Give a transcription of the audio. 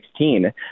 2016